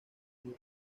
muy